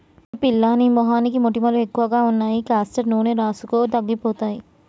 ఓయ్ పిల్లా నీ మొహానికి మొటిమలు ఎక్కువగా ఉన్నాయి కాస్టర్ నూనె రాసుకో తగ్గిపోతాయి